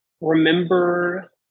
remember